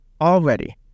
Already